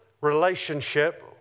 relationship